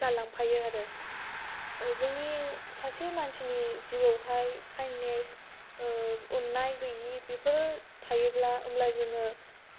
जालांफायो आरो जोंनि सासे मानसिनि जिउयावहाय काइन्दनेस अननाय गैयै बेफोर थायोब्ला अब्ला जोङो